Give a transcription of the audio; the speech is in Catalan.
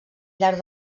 llarg